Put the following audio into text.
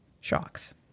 shocks